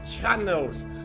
channels